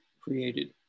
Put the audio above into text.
created